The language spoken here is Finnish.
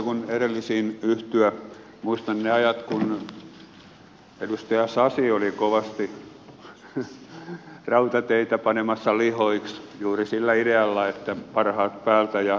muistan ne ajat kun edustaja sasi oli kovasti rautateitä panemassa lihoiksi juuri sillä idealla että parhaat päältä ja englannin malli ja muuta